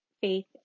Faith